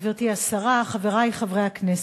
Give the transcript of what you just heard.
אדוני היושב-ראש, גברתי השרה, חברי חברי הכנסת,